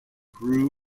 grew